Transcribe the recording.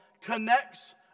connects